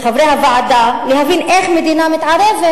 לחברי הוועדה להבין איך מדינה מתערבת